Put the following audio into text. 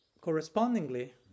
correspondingly